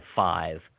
five